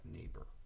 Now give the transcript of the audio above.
neighbor